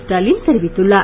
ஸ்டாலின் தெரிவித்துள்ளார்